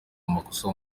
amakosa